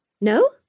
No